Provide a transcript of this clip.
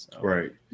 Right